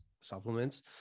supplements